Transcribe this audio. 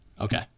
Okay